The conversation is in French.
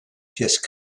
pièces